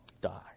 die